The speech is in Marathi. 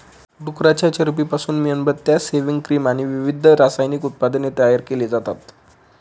डुकराच्या चरबीपासून मेणबत्त्या, सेव्हिंग क्रीम आणि विविध रासायनिक उत्पादने तयार केली जातात